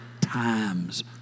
times